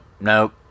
nope